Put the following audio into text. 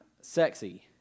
sexy